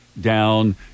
down